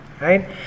Right